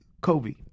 Kobe